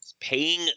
Paying